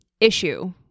issue